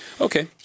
Okay